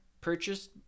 purchased